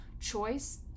choice